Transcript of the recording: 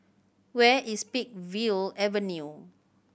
where is Peakville Avenue